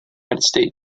united